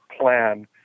plan